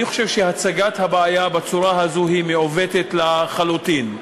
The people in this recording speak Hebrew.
אני חושב שהצגת הבעיה בצורה הזאת היא מעוותת לחלוטין.